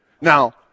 Now